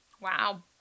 Wow